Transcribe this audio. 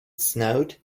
snowed